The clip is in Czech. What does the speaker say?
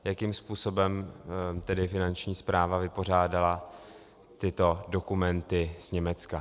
Jakým způsobem Finanční správa vypořádala tyto dokumenty z Německa.